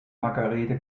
margarethe